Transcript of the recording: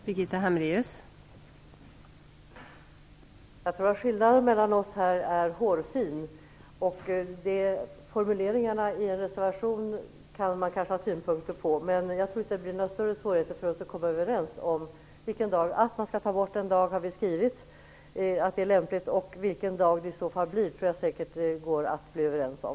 Fru talman! Jag tror att skillnaden mellan oss är hårfin. Formuleringar i en reservation kan man kanske ha synpunkter på, men jag tror inte att det blir några större svårigheter för oss att komma överens om vilken dag som skall tas bort. Att en dag skall tas bort har vi ju skrivit, och vilken dag det i så fall blir tror jag säkert att det går att bli överens om.